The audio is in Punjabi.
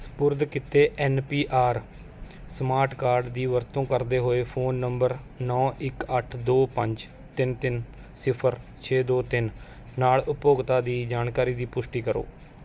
ਸਪੁਰਦ ਕੀਤੇ N P R smart card ਦੀ ਵਰਤੋਂ ਕਰਦੇ ਹੋਏ ਫ਼ੋਨ ਨੰਬਰ ਨੌ ਇੱਕ ਅੱਠ ਦੋੋ ਪੰਜ ਤਿੰਨ ਤਿੰਨ ਸਿਫਰ ਛੇ ਦੋ ਤਿੰਨ ਨਾਲ਼ ਉਪਭੋਗਤਾ ਦੀ ਜਾਣਕਾਰੀ ਦੀ ਪੁਸ਼ਟੀ ਕਰੋ